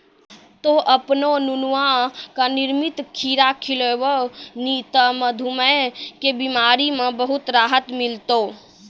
तोहॅ आपनो नुनुआ का नियमित खीरा खिलैभो नी त मधुमेह के बिमारी म बहुत राहत मिलथौं